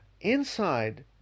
inside